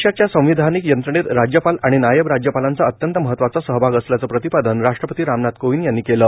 देशाच्या संविधानिक यंत्रणेत राज्यपाल आणि नायब राज्यपालांचा अत्यंत महत्वाचा सहभाग असल्याचं प्रतिपादन राष्ट्रपती रामनाथ कोविंद यांनी केलं